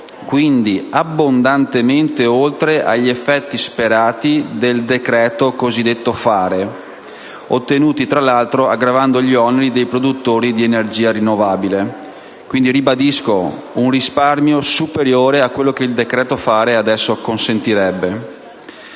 quindi abbondantemente oltre gli effetti sperati nel cosiddetto decreto del fare, ottenuti tra l'altro aggravando gli oneri dei produttori di energia rinnovabile. Quindi, ribadisco: è un risparmio superiore a quello che il decreto del fare adesso consentirebbe.